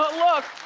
ah look,